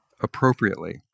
appropriately